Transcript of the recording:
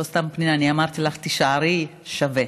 לא סתם, פנינה, אמרתי לך: תישארי, שווה.